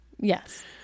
Yes